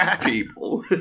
people